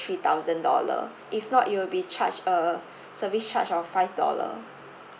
three thousand dollar if not you'll be charged a service charge of five dollar